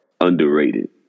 Underrated